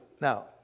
Now